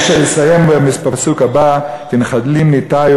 אני אסיים בפסוק הבא: "כנחלים נִטָּיוּ,